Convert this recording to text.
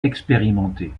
expérimenté